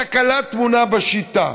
התקלה טמונה בשיטה.